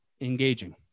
engaging